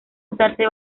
usarse